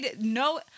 No